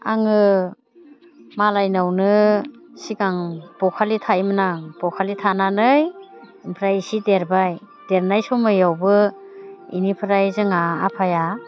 आङो मालायनावनो सिगां बखालि थायोमोन आं बखालि थानानै ओमफ्राय इसे देरबाय देरनाय समयावबो बेनिफ्राय जोंहा आफाया